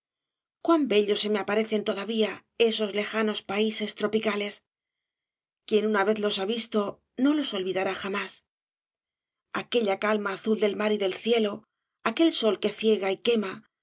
cuan bellos se me aparecen todavía esos obras de valle inclan lejanos países tropicales quien una vez los ha visto no los olvidará jamás aquella calma azul del mar y del cielo aquel sol que ciega y quema